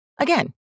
Again